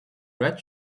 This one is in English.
red